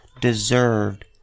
deserved